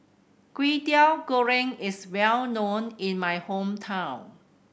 Kwetiau Goreng is well known in my hometown